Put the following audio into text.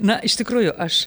na iš tikrųjų aš